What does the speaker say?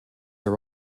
are